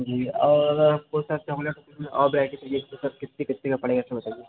जी और अगर आपको सर चॉकलेट में और भेराइटी चाहिए तो सर कितने कितने का पड़ेगा सो बताइए